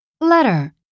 Letter